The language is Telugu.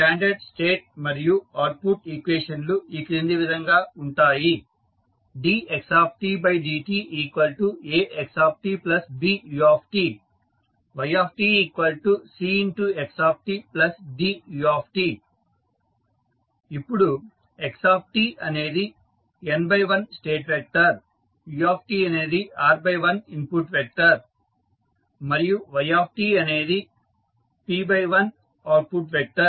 స్టాండర్డ్ స్టేట్ మరియు అవుట్పుట్ ఈక్వేషన్ లు ఈ క్రింది విధంగా ఉంటాయి dxdtAxtBut ytCxtDut ఇప్పుడు x అనేది n×1స్టేట్ వెక్టార్ uఅనేది r×1ఇన్పుట్ వెక్టార్ మరియు yఅనేది p×1అవుట్పుట్ వెక్టార్